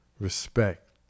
respect